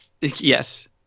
Yes